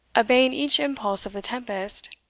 obeying each impulse of the tempest,